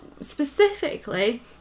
specifically